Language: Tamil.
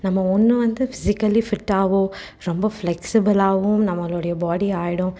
நம்ம ஒன்று வந்து ஃபிஸிக்கலி ஃபிட்டாகவோ ரொம்ப ஃப்ளெக்சிபலாகவும் நம்மளுடய பாடி ஆகிடும்